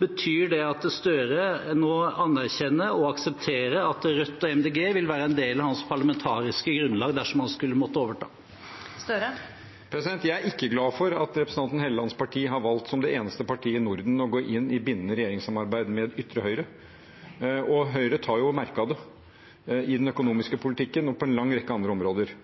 Betyr det at Støre nå anerkjenner og aksepterer at Rødt og Miljøpartiet De Grønne vil være en del av hans parlamentariske grunnlag dersom han skulle måtte overta? Jeg er ikke glad for at representanten Hellelands parti har valgt, som det eneste partiet i Norden, å gå inn i bindende regjeringssamarbeid med ytre høyre – og Høyre er jo merket av det i den økonomiske politikken og på en lang rekke andre områder.